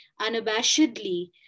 unabashedly